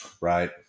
Right